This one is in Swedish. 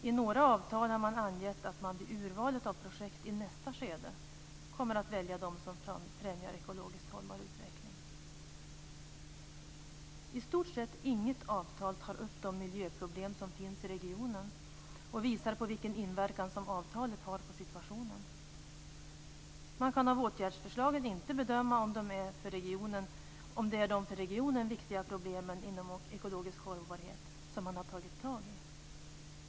I några avtal anges att vid urval av projekt i nästa skede kommer man att välja dem som främjar ekologiskt hållbar utveckling. I stort sett inget avtal tar upp de miljöproblem som finns i regionen och visar på vilken inverkan avtalet har på situationen. Det går inte av åtgärdsförslagen att bedöma om de är de för regionen viktiga problemen inom ekologisk hållbarhet som man har tagit tag i.